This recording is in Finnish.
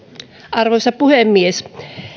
arvoisa puhemies